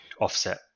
offset